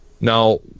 Now